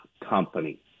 company